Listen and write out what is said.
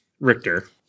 richter